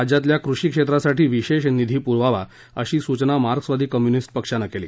राज्यातल्या कृषी क्षेत्रासाठी विशेष निधी पुरवावा अशी सूचना मार्क्सवादी कम्युनिस्ट पक्षानं केली